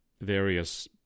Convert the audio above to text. various